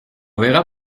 verra